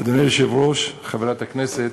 אדוני היושב-ראש, חברת הכנסת,